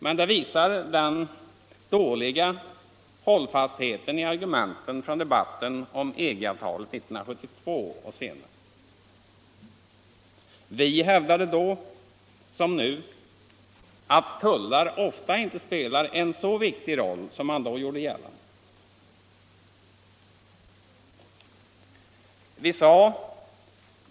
Men det visar den dåliga hållfastheten i argumenten från debatten om EG-avtalen 1972 och senare. Vi hävdade då som nu att tullar ofta inte spelar en så viktig roll som man då gjorde gällande.